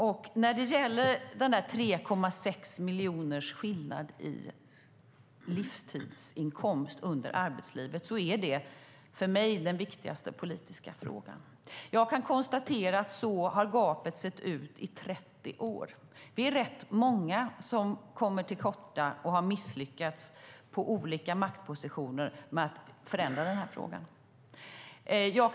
Skillnaden på 3,6 miljoner i livstidsinkomst under arbetslivet är för mig den viktigaste politiska frågan. Jag kan konstatera att gapet har sett ut så i 30 år. Det är rätt många som kommer till korta och som på olika maktpositioner har misslyckats med att förändra det.